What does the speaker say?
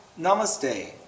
Namaste